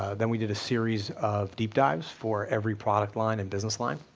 then we did a series of deep dives for every product line and business line